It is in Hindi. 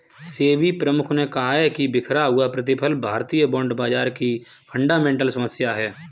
सेबी प्रमुख ने कहा कि बिखरा हुआ प्रतिफल भारतीय बॉन्ड बाजार की फंडामेंटल समस्या है